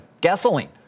gasoline